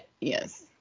yes